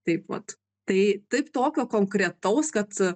taip vat tai taip tokio konkretaus kad